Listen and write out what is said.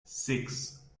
six